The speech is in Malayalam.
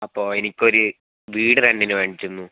അപ്പോൾ എനിക്കൊരു വീട് റെന്റിന് വേണ്ടിയിരുന്നു